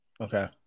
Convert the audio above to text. Okay